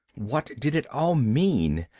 what did it all mean?